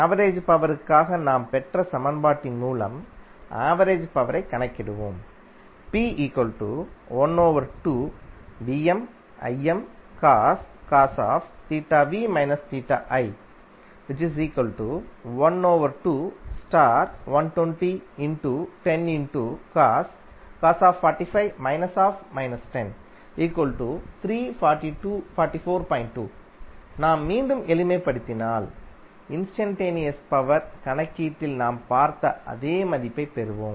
average power க்காக நாம் பெற்ற சமன்பாட்டின் மூலம் ஆவரேஜ் பவரைக் கணக்கிடுவோம் நாம் மீண்டும் எளிமைப்படுத்தினால் இன்ஸ்டன்டேனியஸ் பவர் கணக்கீட்டில் நாம் பார்த்த அதே மதிப்பைப் பெறுவோம்